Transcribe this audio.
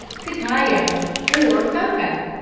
cacao or cocoa?